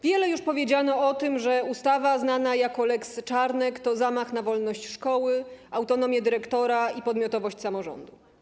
Wiele już powiedziano o tym, że ustawa znana jako lex Czarnek to zamach na wolność szkoły, autonomię dyrektora i podmiotowość samorządu.